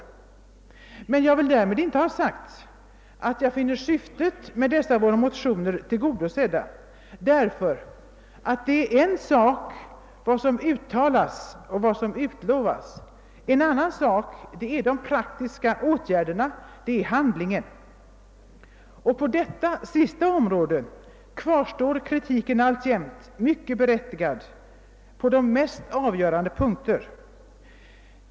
Jag vill därmed inte ha sagt att jag finner syftet med dessa våra motioner tillgodosett. En sak är vad som uttalas och utlovas; en annan sak är de praktiska åtgärderna och handlingen. På detta sista område kvarstår kritiken alltjämt mycket berättigad på de mest avgörande punkterna.